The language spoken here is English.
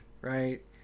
right